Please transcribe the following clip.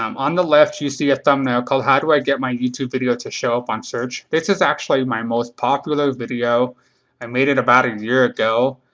um on the left you see a thumbnail called how do i get my youtube video to show up on search. this is actually my most popular video and i made it about a year ago,